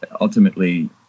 ultimately